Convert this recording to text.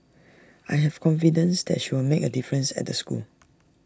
I have confidence that she'll make A difference at the school